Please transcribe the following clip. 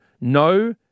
no